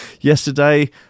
Yesterday